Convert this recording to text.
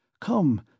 Come